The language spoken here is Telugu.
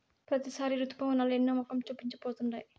ప్రతిసారి రుతుపవనాలు ఎన్నో మొఖం చూపించి పోతుండాయి